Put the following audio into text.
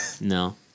No